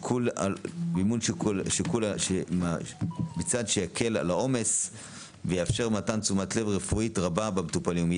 מצד שיקל על העומס ויאפשר מתן תשומת לב רפואית רבה במטופלים,